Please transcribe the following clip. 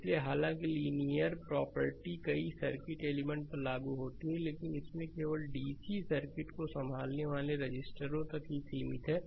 इसलिए हालांकि linear property कई सर्किट एलिमेंट पर लागू होती है लेकिन इसमें केवल डीसीटी सर्किट को संभालने वाले रजिस्टरों तक ही सीमित है